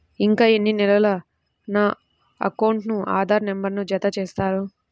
ఇంకా ఎన్ని నెలలక నా అకౌంట్కు ఆధార్ నంబర్ను జత చేస్తారు?